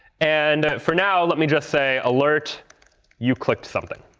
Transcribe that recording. and for now, let me just say, alert you clicked something.